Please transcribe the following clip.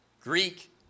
Greek